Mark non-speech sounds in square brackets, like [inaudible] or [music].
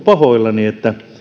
[unintelligible] pahoillani että